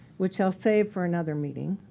which i'll save for another meeting.